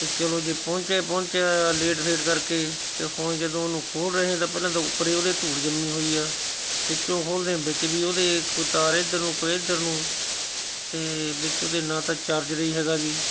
ਅਤੇ ਚੱਲੋ ਜੇ ਪਹੁੰਚਿਆ ਪਹੁੰਚਿਆ ਲੇਟ ਫੇਟ ਕਰਕੇ 'ਤੇ ਹੁਣ ਜਦੋਂ ਉਹਨੂੰ ਖੋਲ੍ਹ ਰਹੇ ਤਾਂ ਪਹਿਲਾਂ ਤਾਂ ਉੱਪਰ ਉਹਦੇ ਧੂੜ ਜੰਮੀ ਹੋਈ ਆ ਵਿੱਚੋਂ ਖੋਲ੍ਹਦੇ ਵਿੱਚ ਵੀ ਉਹਦੇ ਕੋਈ ਤਾਰ ਇੱਧਰ ਨੂੰ ਕੋਈ ਇੱਧਰ ਨੂੰ ਅਤੇ ਵਿੱਚ ਉਹਦੇ ਨਾ ਤਾਂ ਚਾਰਜਰ ਹੀ ਹੈਗਾ ਜੀ